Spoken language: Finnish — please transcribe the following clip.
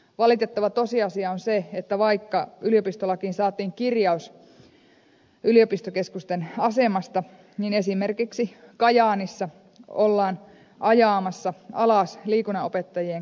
valitettava tosiasia on se että vaikka yliopistolakiin saatiin kirjaus yliopistokeskusten asemasta niin esimerkiksi kajaanissa ollaan ajamassa alas liikunnanopettajien koulutusta